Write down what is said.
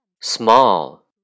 small